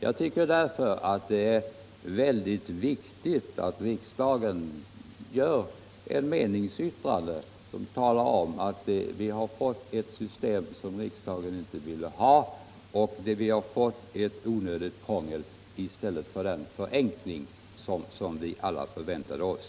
Det är därför mycket viktigt att riksdagen ger till känna en meningsyttring, som anger att vi har fått ett system som riksdagen inte ville ha och ett onödigt krångel i stället för den förenkling som vi alla förväntade oss.